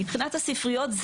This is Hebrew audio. מבחינת הספריות,